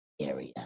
area